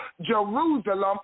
Jerusalem